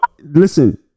listen